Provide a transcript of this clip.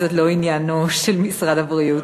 אז זה עוד לא עניינו של משרד הבריאות,